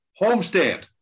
homestand